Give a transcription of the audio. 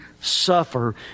suffer